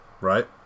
right